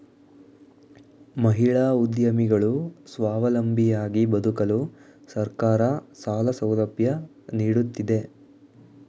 ಮಹಿಳಾ ಉದ್ಯಮಿಗಳು ಸ್ವಾವಲಂಬಿಯಾಗಿ ಬದುಕಲು ಸರ್ಕಾರ ಸಾಲ ಸೌಲಭ್ಯ ನೀಡುತ್ತಿದೆ